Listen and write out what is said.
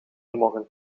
morren